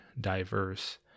diverse